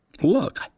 Look